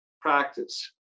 practice